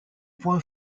point